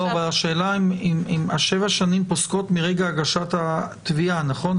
אבל שבע השנים פוסקות מרגע הגשת התביעה, נכון?